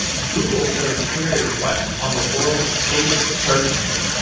google serves query request on the world's biggest search engine.